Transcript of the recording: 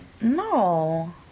No